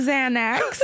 Xanax